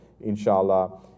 inshallah